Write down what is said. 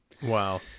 Wow